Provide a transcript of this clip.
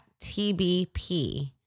TBP